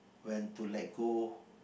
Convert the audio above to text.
when to let go